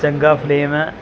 ਚੰਗਾ ਫਲੇਮ ਹੈ